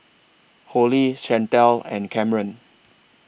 Hollie Chantelle and Kameron